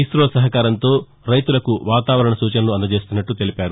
ఇసో సహకారంతో రైతులకు వాతావరణ సూచనలు అందజేస్తున్నట్టు తెలిపారు